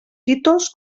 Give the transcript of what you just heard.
títols